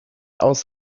aus